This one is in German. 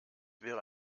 wäre